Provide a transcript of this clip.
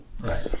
Right